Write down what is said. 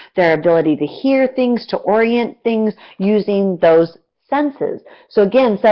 their ability to hear things, to orient things using those senses. so, again, so